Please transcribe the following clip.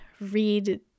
read